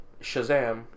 Shazam